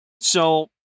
So-